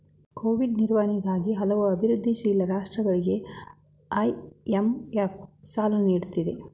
Covid ನಿರ್ವಹಣೆಗಾಗಿ ಹಲವು ಅಭಿವೃದ್ಧಿಶೀಲ ರಾಷ್ಟ್ರಗಳಿಗೆ ಐ.ಎಂ.ಎಫ್ ಸಾಲ ನೀಡುತ್ತಿದೆ